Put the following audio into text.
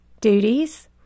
duties